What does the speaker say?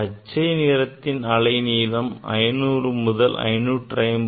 பச்சை நிறத்தின் அலைநீளம் 500 to 550